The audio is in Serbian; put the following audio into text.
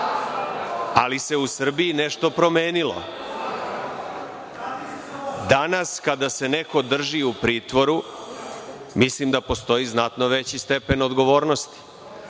ali se u Srbiji nešto promenilo. Danas kada se neko drži u pritvoru, mislim da postoji znatno veći stepen odgovornosti